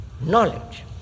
knowledge